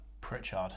pritchard